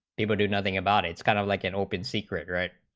people do nothing about it's, kind of like an open secret read